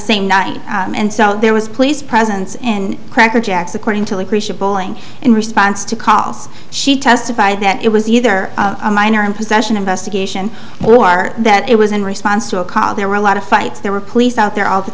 same night and so there was police presence in cracker jacks according to the christian polling in response to cause she testified that it was either a minor in possession investigation or that it was in response to a col there were a lot of fights there were police out there all the